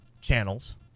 channels